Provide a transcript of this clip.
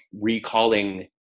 recalling